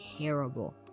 terrible